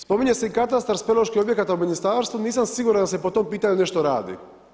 Spominje se i katastar speleološki objekat u ministarstvu, nisam siguran da se po tom pitanju nešto radi.